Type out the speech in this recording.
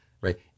right